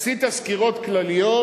עשית סקירות כלליות,